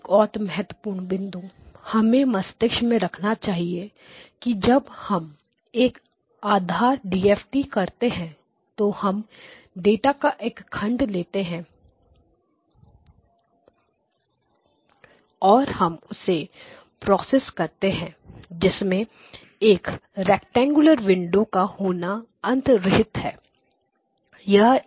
एक और महत्वपूर्ण बिंदु हमें मस्तिष्क में रखना चाहिए कि जब हम एक आधार डीएफटी करते हैं तो हम डेटा का एक खंड लेते हैं और हम उसे प्रोसेस करते हैं जिसमें एक रैक्टेंगुलर विंडो का होना अंतर्निहित है